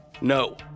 No